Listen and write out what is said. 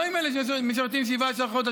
לא עם אלה שמשרתים 17 חודשים.